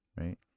Right